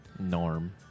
Norm